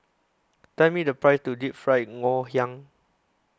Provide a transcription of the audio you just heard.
Tell Me The Price of Deep Fried Ngoh Hiang